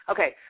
Okay